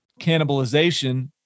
cannibalization